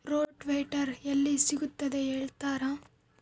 Rotavator ಎಲ್ಲಿ ಸಿಗುತ್ತದೆ ಹೇಳ್ತೇರಾ?